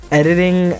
editing